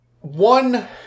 One